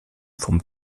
vom